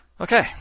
Okay